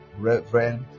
reverend